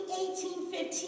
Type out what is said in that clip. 18.15